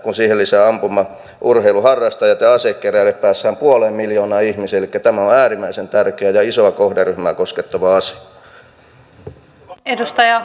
kun siihen lisää ampumaurheilun harrastajat ja asekeräilijät päästään puoleen miljoonaan ihmiseen elikkä tämä on äärimmäisen tärkeä ja isoa kohderyhmää koskettava asia